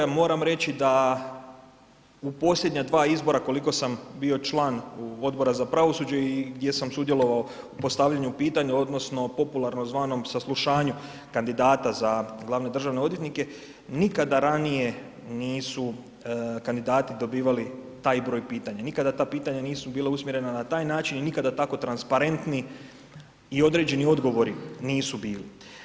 Ja moram reći da u posljednja dva izbora koliko sam bio član Odbora za pravosuđe i gdje sam sudjelovao u postavljanju pitanja odnosno popularnom zvanom saslušanju kandidata za glavne državne odvjetnike, nikada ranije nisu kandidati dobivali taj broj pitanja, nikada ta pitanja nisu bila usmjerena na taj način i nikada tako transparentni i određeni odgovori nisu bili.